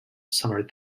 summer